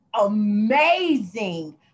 amazing